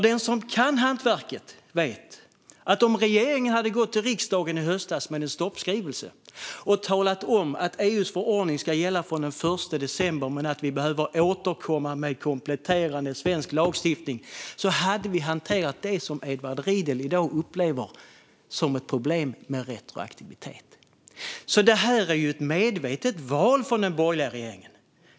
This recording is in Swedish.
Den som kan hantverket vet att om regeringen hade gått till riksdagen i höstas med en stoppskrivelse och talat om att EU:s förordning ska gälla från den 1 december, men att vi behöver återkomma med kompletterande svensk lagstiftning, skulle vi ha kunnat hantera det som Edward Riedl i dag upplever som ett problem med retroaktivitet. Detta är ett medvetet val av den borgerliga regeringen.